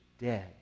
dead